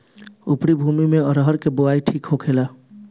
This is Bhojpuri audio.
उपरी भूमी में अरहर के बुआई ठीक होखेला?